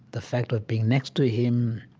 the fact of being next to him,